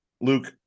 luke